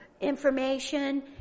information